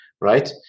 right